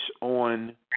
on